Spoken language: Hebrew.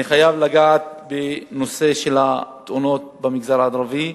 אני חייב לנגוע בנושא של התאונות במגזר הערבי,